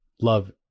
love